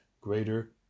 greater